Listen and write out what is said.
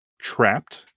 trapped